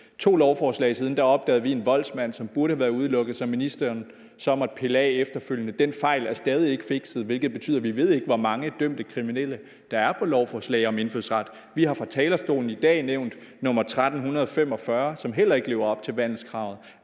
to lovforslag siden opdagede vi en voldsmand, som burde være udelukket, og som ministeren så måtte pille af efterfølgende. Den fejl er stadig ikke fikset, hvilket betyder, at vi ikke ved, hvor mange dømte kriminelle der er på lovforslag om indfødsret. Vi har fra talerstolen i dag nævnt nummer 1.345, som heller ikke lever op til vandelskravet.